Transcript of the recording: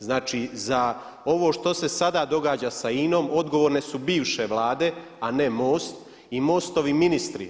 Znači za ovo što se sada događa sa INA-om odgovorne su bivše vlade, a ne MOST, i MOST-ovi ministri.